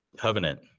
covenant